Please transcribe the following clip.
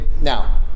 Now